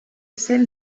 celle